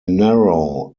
narrow